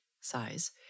size